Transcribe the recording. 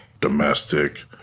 domestic